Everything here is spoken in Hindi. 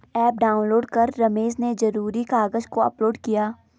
ऐप डाउनलोड कर रमेश ने ज़रूरी कागज़ को अपलोड किया